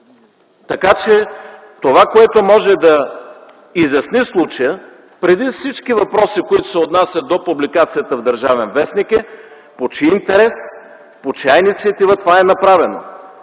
Така че това, което може да изясни случая преди всички въпроси, които се отнасят до публикацията в “Държавен вестник”, е в чий интерес, по чия инициатива това е направено.